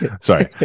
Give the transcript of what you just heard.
Sorry